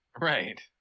right